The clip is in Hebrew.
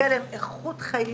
מגיעה להם איכות חיים